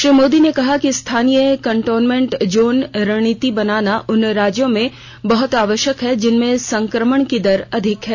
श्री मोदी ने कहा कि स्थानीय कंटेनमेंट जोन रणनीति बनाना उन राज्यों में बहत आवश्यक है जिनमें संक्रमण की दर अधिक है